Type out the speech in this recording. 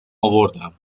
آوردم